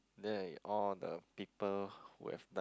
there all the people who have died